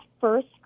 first